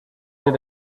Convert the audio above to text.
did